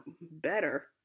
better